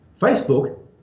Facebook